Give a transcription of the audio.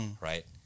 Right